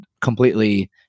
completely